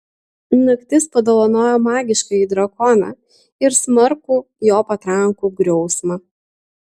naktis padovanojo magiškąjį drakoną ir smarkų jo patrankų griausmą